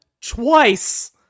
twice